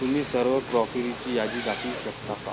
तुम्ही सर्व क्रॉकरीची यादी दाखवू शकता का